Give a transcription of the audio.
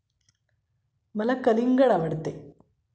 मला कलिंगड आवडते